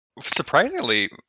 surprisingly